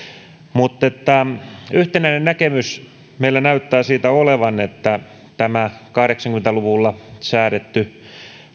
yhtenäinen näkemys meillä näyttää olevan siitä että tämä kahdeksankymmentä luvulla säädetty